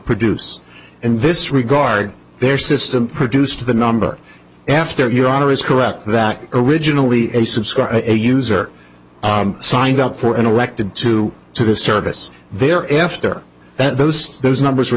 produce in this regard their system produced the number after your honor is correct that originally a subscriber a user signed up for and elected to to the service there after that those those numbers